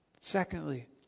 Secondly